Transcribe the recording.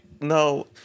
No